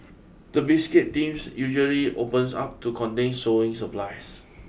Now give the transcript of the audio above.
the biscuit tins usually opens up to contain sowing supplies